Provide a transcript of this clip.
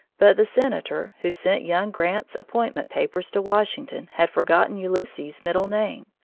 but the senator who sent young grant's appointment papers to washington had forgotten ulysses' middle name.